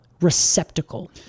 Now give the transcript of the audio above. receptacle